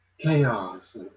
chaos